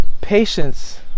patience